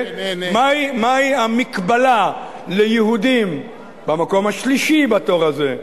מהי המקבילה ליהודים במקום השלישי בתור הזה?